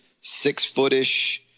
six-footish